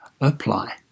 apply